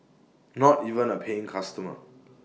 not even A paying customer